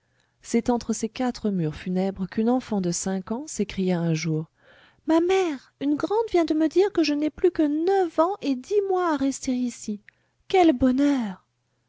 c'est entre ces quatre murs funèbres qu'une enfant de cinq ans s'écria un jour ma mère une grande vient de me dire que je n'ai plus que neuf ans et dix mois à rester ici quel bonheur